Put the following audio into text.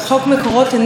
אתם יודעים,